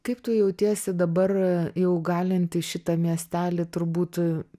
kaip tu jautiesi dabar jau galinti šitą miestelį turbūt